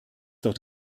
dort